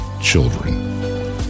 children